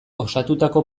osatutako